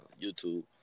YouTube